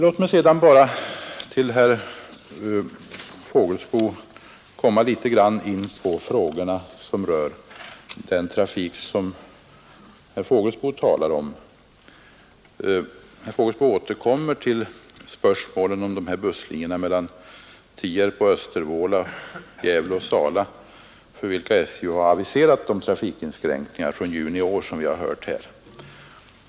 Låt mig sedan bara litet grand beröra den trafik som herr Fågelsbo talar om. Herr Fågelsbo återkommer till spörsmålet om busslinjerna Östervåla—Tierp och Gävle—Sala, för vilka SJ aviserat trafikinskränkningar från juni i år.